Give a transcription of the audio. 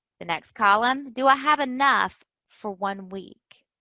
the next column, do i have enough for one week?